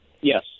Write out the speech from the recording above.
Yes